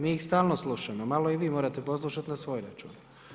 Mi ih stalno slušamo, malo i vi morate poslušati na svoj račun.